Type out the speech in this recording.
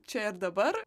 čia ir dabar